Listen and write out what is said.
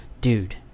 Dude